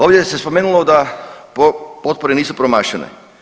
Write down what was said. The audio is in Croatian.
Ovdje se spomenulo da potpore nisu promašene.